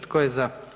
Tko je za?